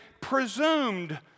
presumed